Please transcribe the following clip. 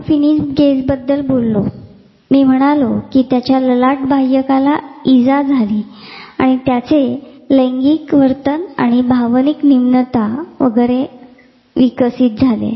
आपण Phineas Gage बद्दल बोललो मी म्हणालो कि त्याच्या ललाट बाह्यकाला इजा झाली आणि त्यामध्ये लैंगिक वर्तन आणि भावनिक निम्नता वगैरे विकसित झाले